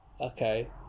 okay